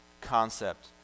concept